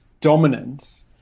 dominance